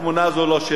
לא.